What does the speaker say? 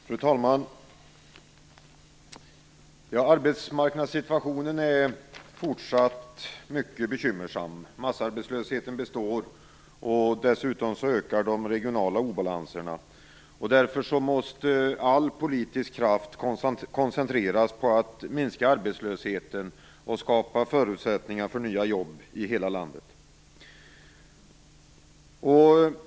Fru talman! Arbetsmarknadssituationen är fortsatt mycket bekymmersam. Massarbetslösheten består, och de regionala obalanserna ökar. Därför måste all politisk kraft koncentreras på att minska arbetslösheten och skapa förutsättningar för nya jobb i hela landet.